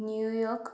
New York